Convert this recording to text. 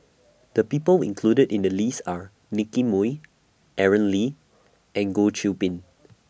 The People included in The list Are Nicky Moey Aaron Lee and Goh Qiu Bin